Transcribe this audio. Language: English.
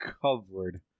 covered